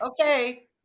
okay